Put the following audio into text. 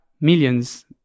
millions